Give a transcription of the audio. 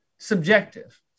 Subjective